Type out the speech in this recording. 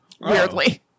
Weirdly